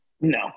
No